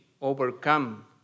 overcome